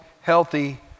healthy